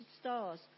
stars